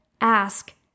ask